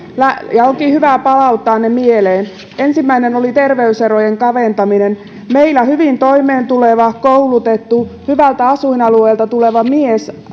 ja onkin hyvä palauttaa ne mieleen ensimmäinen oli terveyserojen kaventaminen meillä hyvin toimeentuleva koulutettu hyvältä asuinalueelta tuleva mies